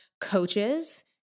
coaches